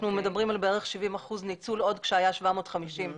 אנחנו מדברים על בערך 70 אחוזי ניצול עוד כשהיו 750 מקרים.